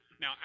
Now